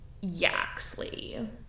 Yaxley